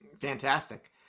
Fantastic